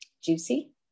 juicy